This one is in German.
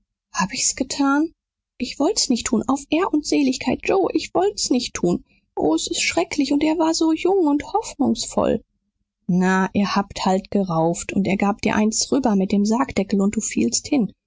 hab ich's getan ich wollt's nicht tun auf ehr und seligkeit joe ich wollt's nicht tun o s ist schrecklich und er war so jung und hoffnungsvoll na ihr habt halt gerauft und er gab dir eins rüber mit dem sargdeckel und du fielst hin